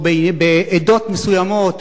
או בעדות מסוימות